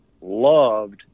loved